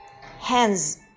hands